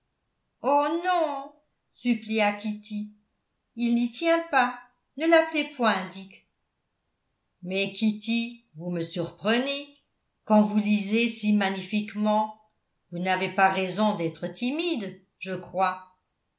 oh non supplia kitty il n'y tient pas ne l'appelez point dick mais kitty vous me surprenez quand vous lisez si magnifiquement vous n'avez pas raison d'être timide je crois